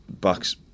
Buck's